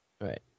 Right